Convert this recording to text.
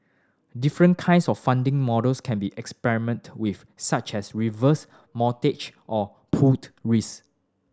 different kinds of funding models can be experiment with such as reverse mortgage or pooled risk